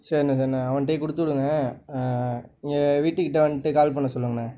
சரிண்ணே சரிண்ணே அவன்கிட்டயே கொடுத்து விடுங்க இங்கே வீட்டுக்கிட்டே வந்துட்டு கால் பண்ண சொல்லுங்கண்ணே